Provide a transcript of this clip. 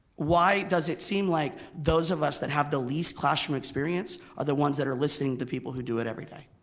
why does it seem like those of us that have the least classroom experience are the ones that are listening to the people who do it every day?